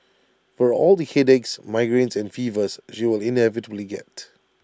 for all the headaches migraines and fevers she will inevitably get